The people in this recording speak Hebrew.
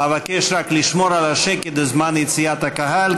אבקש רק לשמור על השקט בזמן יציאת הקהל,